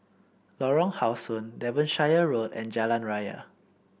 Lorong How Sun Devonshire Road and Jalan Raya